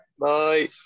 Bye